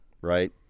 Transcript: right